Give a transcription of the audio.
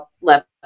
left